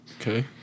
Okay